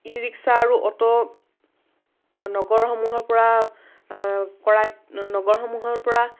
ই rickshaw আৰু auto নগৰসমূহৰ পৰা কৰা নগৰ সমূহৰ পৰা